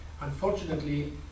Unfortunately